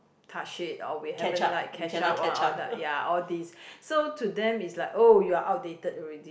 touch it or we haven't like catch up on all the ya all these so to them is like oh you're outdated already